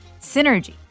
Synergy